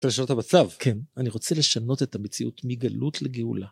תשנו את המצב. כן, אני רוצה לשנות את המציאות מגלות לגאולה.